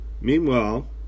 Meanwhile